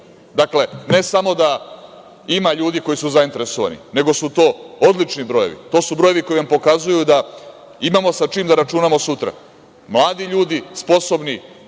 ne samo da ima ljudi koji su zainteresovani, nego su to odlični brojevi, to su brojevi koji vam pokazuju da imamo sa čim da računamo sutra. Mladi ljudi, sposobni,